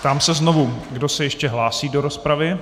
Ptám se znovu, kdo se ještě hlásí do rozpravy.